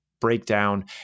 breakdown